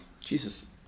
Jesus